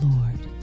Lord